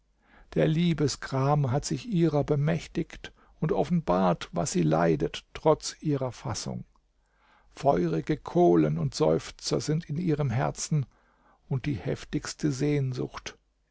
der liebesgram hat sich ihrer bemächtigt und offenbart was sie leidet trotz ihrer fassung feurige kohlen und seufzer sind in ihrem herzen und die heftigste sehnsucht